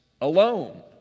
Alone